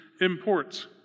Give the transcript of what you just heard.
imports